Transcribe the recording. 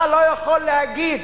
אתה לא יכול להגיד